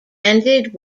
ended